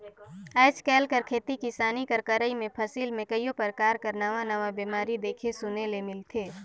आएज काएल कर खेती किसानी कर करई में फसिल में कइयो परकार कर नावा नावा बेमारी देखे सुने ले मिलथे